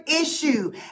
issue